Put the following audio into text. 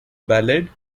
ballad